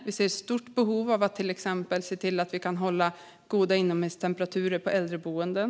Vi ser ett stort behov av att till exempel se till att vi kan hålla goda inomhustemperaturer på äldreboenden.